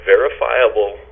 verifiable